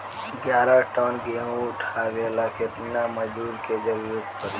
ग्यारह टन गेहूं उठावेला केतना मजदूर के जरुरत पूरी?